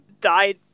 died